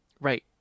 right